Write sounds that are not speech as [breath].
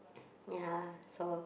[breath] yeah so